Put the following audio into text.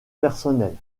personnelles